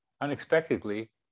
unexpectedly